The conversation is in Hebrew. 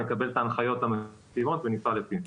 נקבל את ההנחיות המתאימות ונפעל לפיהן.